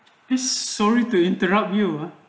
is sorry to interrupt you